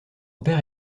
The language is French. père